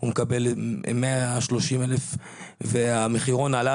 מקבל 130,000 שקל והמחירון עלה.